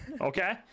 Okay